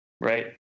right